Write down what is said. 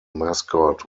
mascot